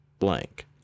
blank